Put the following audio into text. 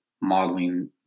modeling